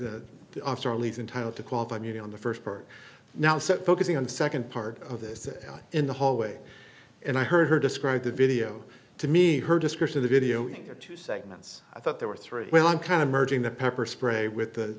charlie's entitled to qualify me on the first part now set focusing on the second part of this out in the hallway and i heard her describe the video to me her description of the video in two segments i thought there were three well i'm kind of merging the pepper spray with the